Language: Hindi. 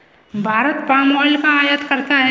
भारत पाम ऑयल का आयात करता है